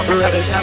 ready